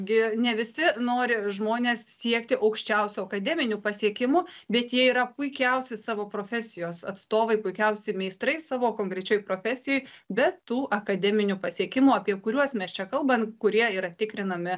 gi ne visi nori žmonės siekti aukščiausių akademinių pasiekimų bet jie yra puikiausi savo profesijos atstovai puikiausi meistrai savo konkrečioj profesijoj be tų akademinių pasiekimų apie kuriuos mes čia kalbam kurie yra tikrinami